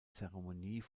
zeremonie